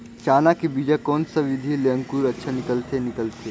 चाना के बीजा कोन सा विधि ले अंकुर अच्छा निकलथे निकलथे